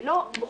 היא לא בוחנת